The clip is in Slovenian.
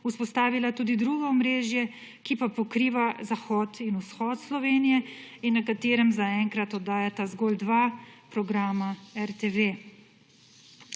vzpostavila tudi drugo omrežje, ki pa pokriva zahod in vzhod Slovenije in na katerem zaenkrat oddajata zgolj dva programa RTV.